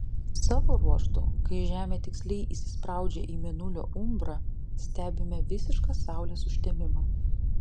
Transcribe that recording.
savo ruožtu kai žemė tiksliai įsispraudžia į mėnulio umbrą stebime visišką saulės užtemimą